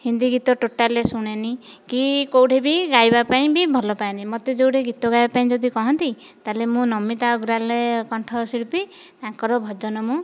ହିନ୍ଦୀ ଗୀତ ଟୋଟାଲି ଶୁଣେନି କି କେଉଁଠିବି ଗାଇବା ପାଇଁ ବି ଭଲପାଏନି ମୋତେ ଯେଉଁଠି ଗୀତ ଗାଇବା ପାଇଁ ଯଦି କୁହନ୍ତି ତାହେଲେ ମୁଁ ନମିତା ଅଗ୍ରୱାଲ କଣ୍ଠଶିଳ୍ପୀ ତାଙ୍କର ଭଜନ ମୁଁ